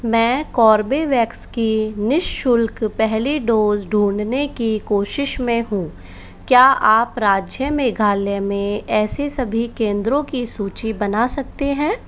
मैं कोर्बेवैक्स की नि शुल्क पहली डोज़ ढूँढने की कोशिश में हूँ क्या आप राज्य मेघालय में ऐसे सभी केंद्रों की सूची बना सकते हैं